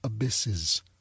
abysses